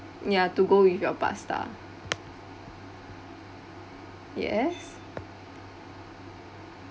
ya to go with your pasta yes